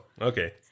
okay